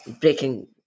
breaking